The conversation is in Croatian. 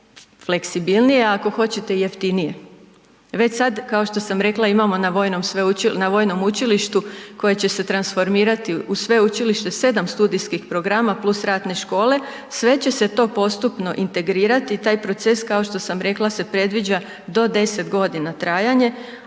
ako hoćete i jeftinije. Već sad kao što sam rekla imamo na vojnom učilištu koje će se transformirati u sveučilište 7 studijskih programa plus ratne škole, sve će se to postupno integrirati i taj proces kao što sam rekla se predviđa do 10 godina trajanje,